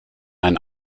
ein